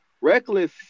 reckless